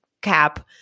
cap